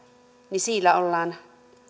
niin siinä ollaan